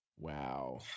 Wow